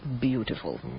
beautiful